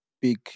big